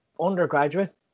undergraduate